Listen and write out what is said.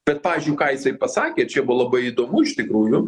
bet pavyzdžiui ką jisai pasakė čia buvo labai įdomu iš tikrųjų